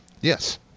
Yes